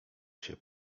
się